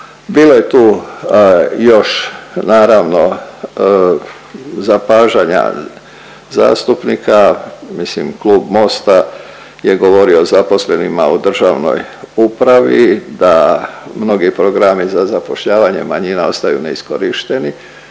Bilo je tu još naravno zapažanja zastupnika, mislim Klub Mosta je govorio o zaposlenima u državnoj upravi da mnogi programi za zapošljavanje manjina ostaju neiskorišteni.